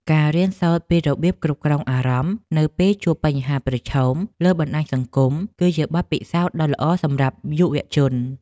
ការរៀនសូត្រពីរបៀបគ្រប់គ្រងអារម្មណ៍នៅពេលជួបបញ្ហាប្រឈមលើបណ្តាញសង្គមគឺជាបទពិសោធន៍ដ៏ល្អសម្រាប់យុវជន។